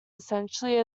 essentially